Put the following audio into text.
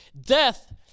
death